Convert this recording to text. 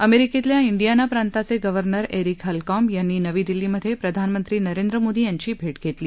अमेरीकेतल्या डियाना प्रांताचे governor Eric Holcomb यांनी नवी दिल्लीमध्ये प्रधानमंत्री नरेंद्र मोदी यांची भेट धेतली